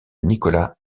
nicholas